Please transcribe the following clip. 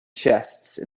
chests